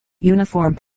uniform